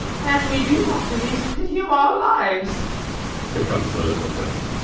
and we do not, it is pity of our lives here comes the little villain.